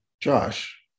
Josh